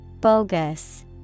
Bogus